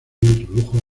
introdujo